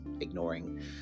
ignoring